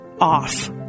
off